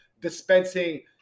dispensing